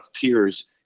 peers